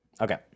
Okay